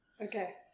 Okay